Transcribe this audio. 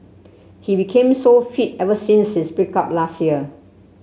he became so fit ever since his break up last year